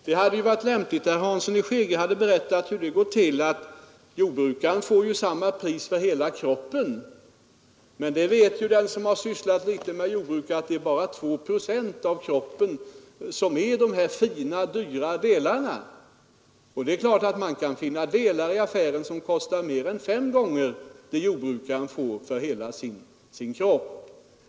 Det hade varit lämpligt att herr Hansson i Skegrie berättat hur det går till. Jordbrukaren får ju samma pris för hela djurkroppen. Den som har sysslat litet med jordbruk vet ju att det bara är två procent av kroppen som består av de fina och dyra delarna. Då är det klart att man kan finna delar i affären som kostar mer än fem gånger det pris som jordbrukaren får för hela djurkroppen.